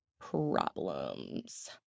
problems